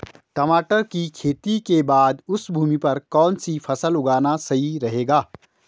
टमाटर की खेती के बाद उस भूमि पर कौन सी फसल उगाना सही रहेगा?